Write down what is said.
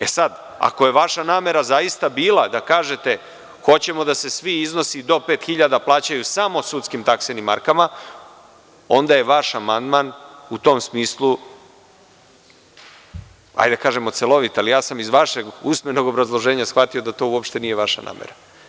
Ako je vaša namera zaista bila da kažete, hoćemo da se svi iznosi do 5.000 plaćaju samo sudskim taksenim markama, onda je vaš amandman u tom smislu, hajde da kažem, celovit, ali ja sam iz vašeg usmenog obrazloženja shvatio da to uopšte nije vaša namera.